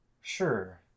Sure